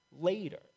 later